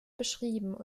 beschrieben